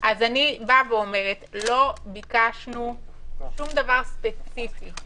אני באה ואומרת: לא ביקשנו שום דבר ספציפי.